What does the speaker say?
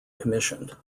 commissioned